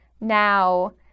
now